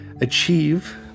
achieve